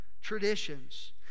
traditions